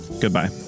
Goodbye